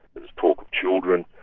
there was talk of children.